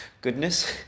goodness